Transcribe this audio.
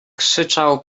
krzyczał